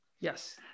Yes